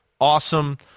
Awesome